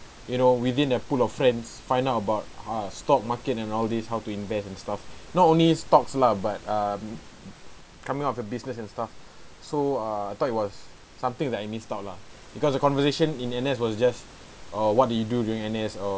you know within the pool of friends find out about ah stock market and all these how to invest and stuff not only stocks lah but um coming out of a business and stuff so uh I thought it was something that I missed out lah because the conversation in N_S was just uh what do you do during N_S or